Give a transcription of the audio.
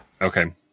Okay